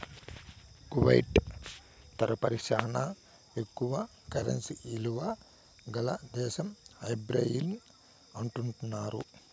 Kuwait తదుపరి శానా ఎక్కువ కరెన్సీ ఇలువ గల దేశం బహ్రెయిన్ అంటున్నారు